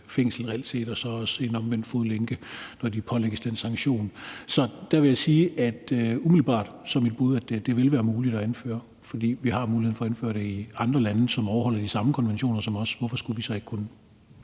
fængsel og senere så en fodlænke, når de pålægges den sanktion. Så jeg vil sige, at mit bud er, at det umiddelbart ville være muligt at indføre. For de har muligheden for at indføre det i andre lande, som overholder de samme konventioner som os. Hvorfor skulle vi så ikke kunne